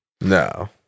no